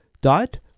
dot